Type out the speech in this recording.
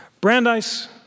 Brandeis